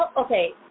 Okay